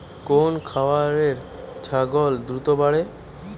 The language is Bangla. কোন খাওয়ারে ছাগল দ্রুত বাড়ে?